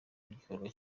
igikorwa